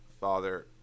father